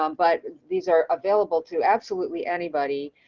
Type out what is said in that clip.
um but these are available to absolutely anybody,